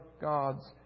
God's